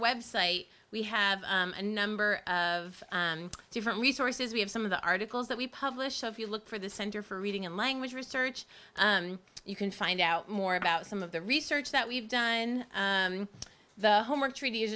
website we have a number of different resources we have some of the articles that we publish if you look for the center for reading and language research you can find out more about some of the research that we've done the homework treat